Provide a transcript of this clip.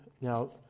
Now